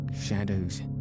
shadows